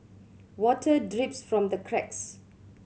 water drips from the cracks